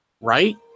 right